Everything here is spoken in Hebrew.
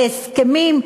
להסכמים,